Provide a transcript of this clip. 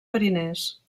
fariners